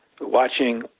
watching